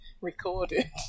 recorded